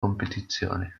competizione